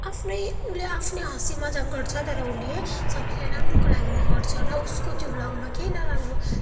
आफ्नै उसले आफ्नै हाँसी मजाक गर्छ तर उसले सबैलाई राम्रोको लागि गर्छ र उसको त्यो ब्लगमा केही नराम्रो